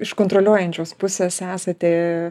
iš kontroliuojančios pusės esate